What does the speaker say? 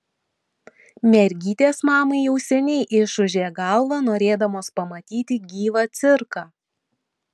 mergytės mamai jau seniai išūžė galvą norėdamos pamatyti gyvą cirką